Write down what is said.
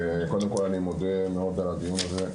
קודם כל אני מודה מאוד על הדיון הזה,